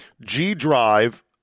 G-Drive